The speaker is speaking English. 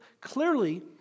clearly